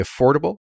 affordable